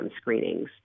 screenings